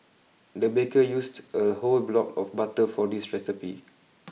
the baker used a whole block of butter for this recipe